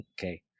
Okay